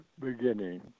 beginning